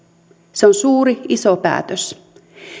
se on suuri iso päätös